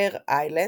פייר איילנד,